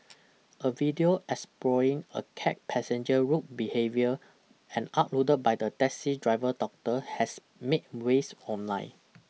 a video exposing a cab passenger's rude behaviour and uploaded by the taxi driver daughter has made waves online